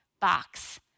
box